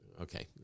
Okay